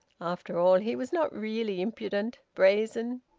after all he was not really impudent, brazen.